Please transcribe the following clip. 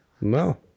No